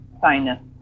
sinus